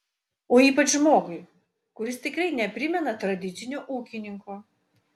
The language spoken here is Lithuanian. o ypač žmogui kuris tikrai neprimena tradicinio ūkininko